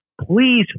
Please